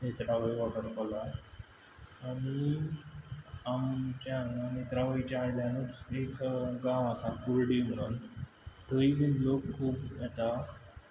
नेत्रावळी वॉटरफोलार आनी आमचे हांगा नेत्रावळीच्या आयल्यानूच एक गांव आसा कुर्डी म्हुणोन थंय बीन लोक खूब येता